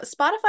Spotify